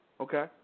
Okay